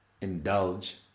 indulge